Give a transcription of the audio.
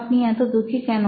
আপনি এতো দুঃখী কেন